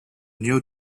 new